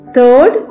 Third